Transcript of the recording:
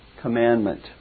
commandment